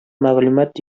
мәгълүмат